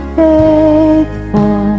faithful